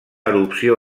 erupció